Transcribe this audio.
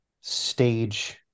stage